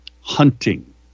hunting